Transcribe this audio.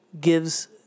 gives